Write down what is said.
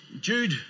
Jude